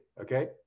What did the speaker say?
Okay